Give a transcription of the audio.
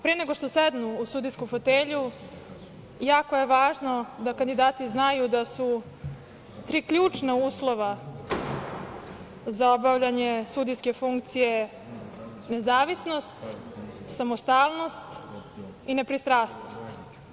Pre nego što sednu u sudijsku fotelju jako je važno da kandidati znaju da su tri ključna uslova za obavljanje sudijske funkcije – nezavisnost, samostalnost i nepristrasnost.